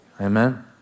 Amen